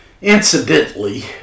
Incidentally